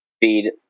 feed